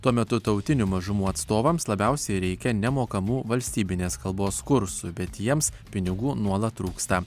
tuo metu tautinių mažumų atstovams labiausiai reikia nemokamų valstybinės kalbos kursų bet jiems pinigų nuolat trūksta